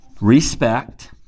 Respect